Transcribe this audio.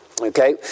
Okay